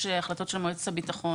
יש גם החלטות של מועצת הביטחון